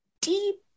deep